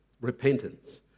repentance